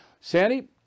Sandy